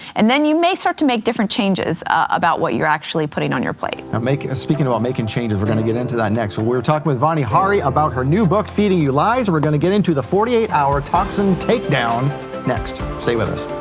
and then you may start to make different changes about what you're actually putting on your plate. and speaking about making changes, we're gonna get into that next. we're talking with vani hari about her new book feeding you lies. we're going to get into the forty eight hour toxin take down next. stay with us.